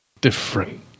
Different